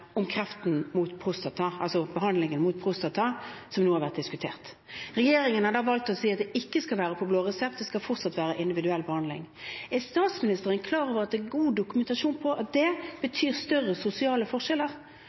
behandlingen av prostatakreft som nå har vært diskutert. Regjeringen har valgt å si at den ikke skal være på blå resept, det skal fortsatt være individuell behandling. Er statsministeren klar over at det er god dokumentasjon på at det betyr større sosiale forskjeller?